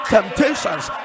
Temptations